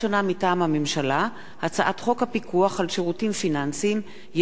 מטעם הממשלה: הצעת חוק הפיקוח על שירותים פיננסיים (ייעוץ,